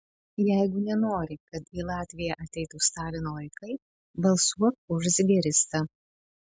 jeigu nenori kad į latviją ateitų stalino laikai balsuok už zigeristą